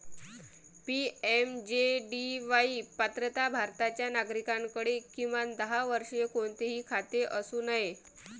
PMJDY पात्रता भारताच्या नागरिकाकडे, किमान दहा वर्षे, कोणतेही खाते असू नये